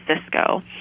Cisco